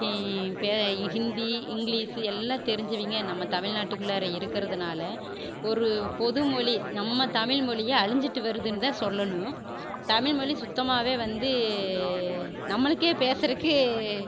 Hindi English எல்லா தெரிஞ்சவிய்ங்க நம்ம தமிழ்நாட்டுக்குள்ளாற இருக்கிறதுனால ஒரு பொது மொழி நம்ம தமிழ் மொழி அழிஞ்சுட்டு வருதுன்னு தான் சொல்லணும் தமிழ் மொழி சுத்தமாகவே வந்து நம்மளுக்கே பேசுறதுக்கே